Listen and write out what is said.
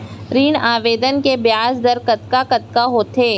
ऋण आवेदन के ब्याज दर कतका कतका होथे?